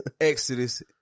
Exodus